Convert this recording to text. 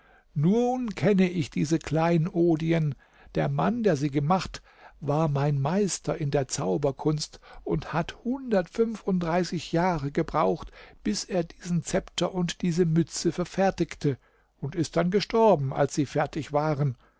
nun kenne ich diese kleinodien der mann der sie gemacht war mein meister in der zauberkunst und hat hundertundfünfunddreißig jahre gebraucht bis er diesen zepter und diese mütze verfertigte und ist dann gestorben als sie fertig waren